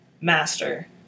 master